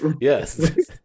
Yes